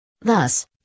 Thus